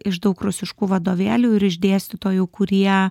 iš daug rusiškų vadovėlių ir iš dėstytojų kurie